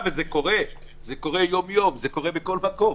וזה קורה, זה קורה יום-יום, זה קורה בכל מקום.